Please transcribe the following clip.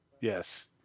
Yes